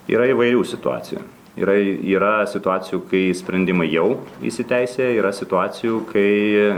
yra įvairių situacijų yra yra situacijų kai sprendimai jau įsiteisėję yra situacijų kai